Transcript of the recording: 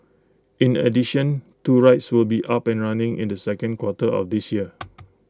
in addition two rides will be up and running in the second quarter of this year